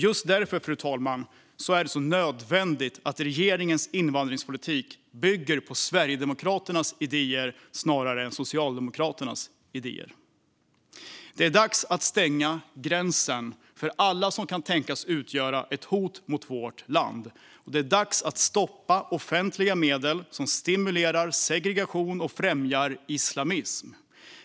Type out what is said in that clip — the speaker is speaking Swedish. Just därför, fru talman, är det så nödvändigt att regeringens invandringspolitik bygger på Sverigedemokraternas idéer snarare än Socialdemokraternas. Det är dags att stänga gränsen för alla som kan tänkas utgöra ett hot mot vårt land. Det är dags att stoppa offentliga medel som stimulerar segregation och främjar islamism.